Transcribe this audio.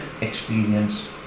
experience